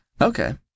Okay